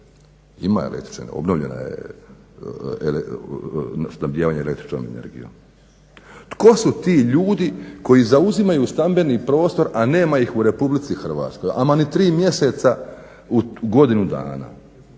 ima struje, obnovljena je snabdijevanje električnom energijom. Tko su ti ljudi koji zauzimaju stambeni prostor, a nema ih u Republici Hrvatskoj, ama ni tri mjeseca u godinu dana.